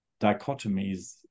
dichotomies